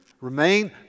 remain